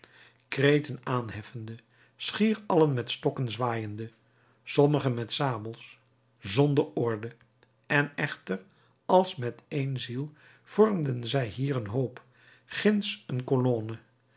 kreten aanheffende schier allen met stokken zwaaiende sommigen met sabels zonder orde en echter als met één ziel vormden zij hier een hoop ginds een colonne